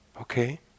okay